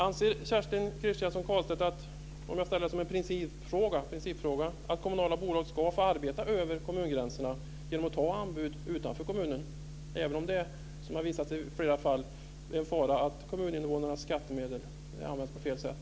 Anser Kerstin Kristiansson Karlstedt, om jag ställer det som en principfråga, att kommunala bolag ska få arbeta över kommungränserna genom att ta anbud utanför kommunen även om det i flera fall har visat sig att det finns en fara för att kommuninvånarnas skattemedel används på fel sätt?